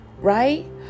Right